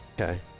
Okay